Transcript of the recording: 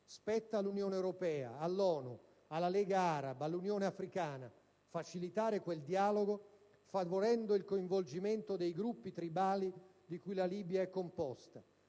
Spetta all'Unione europea, all'ONU, alla Lega araba e all'Unione africana facilitare quel dialogo, favorendo il coinvolgimento dei gruppi tribali di cui la Libia è composta.